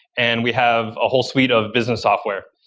and we have a whole suite of business software.